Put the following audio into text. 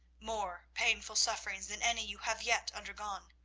more painful sufferings than any you have yet undergone.